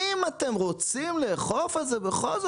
אם אתם רוצים לאכוף את זה בכל זאת,